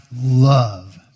love